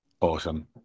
Awesome